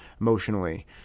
emotionally